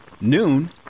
noon